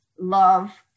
love